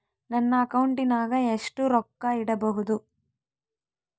ನನ್ನ ಅಕೌಂಟಿನಾಗ ಎಷ್ಟು ರೊಕ್ಕ ಇಡಬಹುದು?